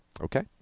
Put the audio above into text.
Okay